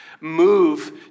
move